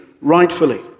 rightfully